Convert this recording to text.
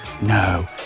no